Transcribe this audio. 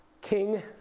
King